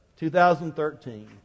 2013